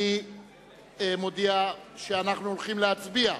אני מודיע שאנחנו הולכים להצביע.